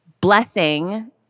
Blessing